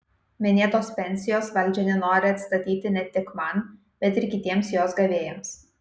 minėtos pensijos valdžia nenori atstatyti ne tik man bet ir kitiems jos gavėjams